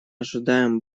ожидаем